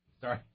Sorry